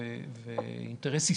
בראש ובראשונה